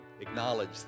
Acknowledge